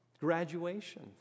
graduation